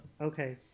Okay